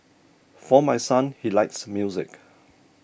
for my son he likes music